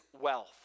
wealth